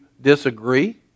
disagree